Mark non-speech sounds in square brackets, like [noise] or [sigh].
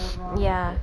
[noise] ya